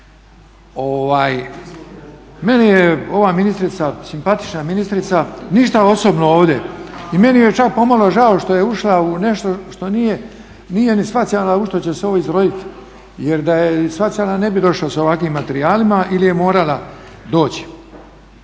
Meni je ova ministrica simpatična ministrica, ništa osobno ovdje i meni je čak pomalo žao što je ušla u nešto što nije ni shvaćala u što će se ovo izroditi jer da je shvaćala ne bi došla s ovakvim materijalima ili je morala doći.